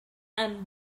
and